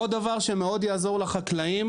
עוד דבר שמאוד יעזור לחקלאים,